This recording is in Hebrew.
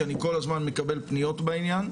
כי אני כל הזמן מקבל פניות בעניין.